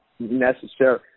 Necessary